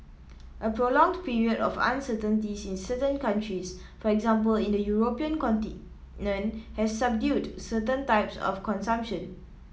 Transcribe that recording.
a prolonged period of uncertainties in certain countries for example in the European continent has subdued certain types of consumption